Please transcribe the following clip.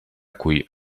qui